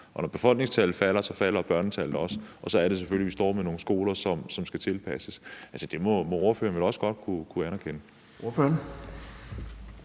når befolkningstallet falder, falder børnetallet også, og så er det selvfølgelig, vi står med nogle skoler, som skal tilpasses. Altså, det må ordføreren vel også godt kunne anerkende?